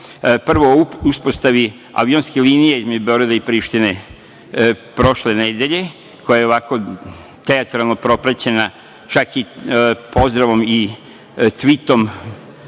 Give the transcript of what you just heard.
prvo o uspostavi avionske linije između Beograda i Prištine, prošle nedelje koja je ovako teatralno propraćena čak i pozdravom i tvitom